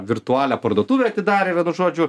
virtualią parduotuvę atidarė vienu žodžiu